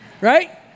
right